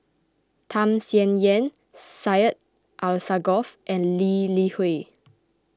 Tham Sien Yen Syed Alsagoff and Lee Li Hui